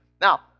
Now